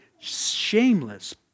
shameless